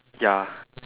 ya